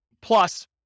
plus